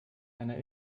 einer